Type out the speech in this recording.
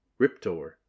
Riptor